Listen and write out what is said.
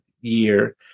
year